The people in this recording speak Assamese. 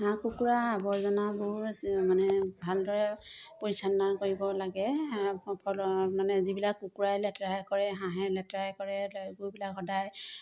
হাঁহ কুকুৰা আৱৰ্জনাবোৰ মানে ভালদৰে পৰিচালনা কৰিব লাগে সফল মানে যিবিলাক কুকুৰাই লেতেৰাই কৰে হাঁহে লেতেৰাই কৰে লাগ গৈ পেলাই সদায়